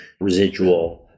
residual